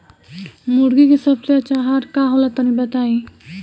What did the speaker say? मुर्गी के सबसे अच्छा आहार का होला तनी बताई?